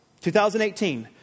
2018